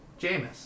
Jameis